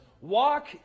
walk